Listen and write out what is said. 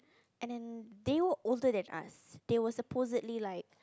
and then they were older than us they were supposedly like